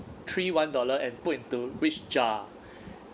three one dollar and put into which jar